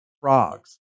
frogs